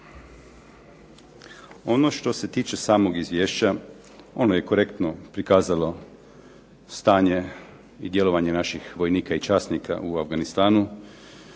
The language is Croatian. Ono što se tiče samog izvješća ono je korektno prikazalo stanje i djelovanje naših vojnika i časnika u Afganistanu,